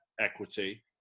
equity